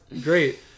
great